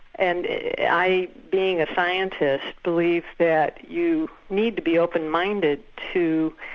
and i, being a scientist, believed that you need to be open minded to